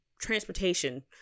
transportation